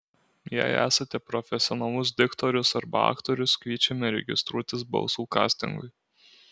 jei esate profesionalus diktorius arba aktorius kviečiame registruotis balsų kastingui